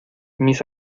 mis